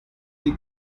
die